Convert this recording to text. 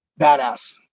Badass